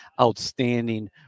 outstanding